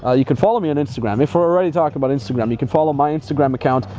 ah you can follow me on instagram. if we're already talking about instagram, you can follow my instagram account.